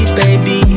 baby